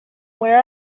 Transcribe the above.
where